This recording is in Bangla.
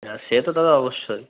হ্যাঁ সেতো দাদা অবশ্যই